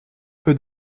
peu